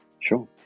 sure